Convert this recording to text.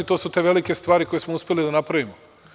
To su te velike stvari koje smo uspeli da napravimo.